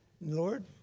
Lord